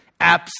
apps